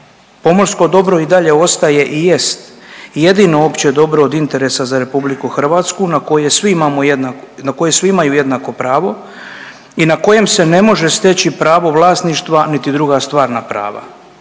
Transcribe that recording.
Pomorsko dobro i dalje ostaje i jest jedino opće dobro od interesa za Republiku Hrvatsku na koje svi imaju jednako pravo i na kojem se ne može steći pravo vlasništva niti druga stvarna prava.